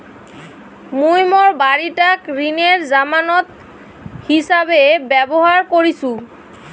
মুই মোর বাড়িটাক ঋণের জামানত হিছাবে ব্যবহার করিসু